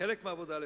חלק מהעבודה לפחות.